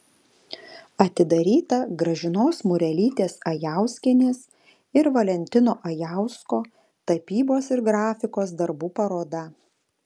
atidaryta gražinos murelytės ajauskienės ir valentino ajausko tapybos ir grafikos darbų paroda